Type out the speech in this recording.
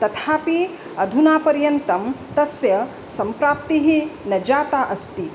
तथापि अधुना पर्यन्तं तस्य सम्प्राप्तिः न जाता अस्ति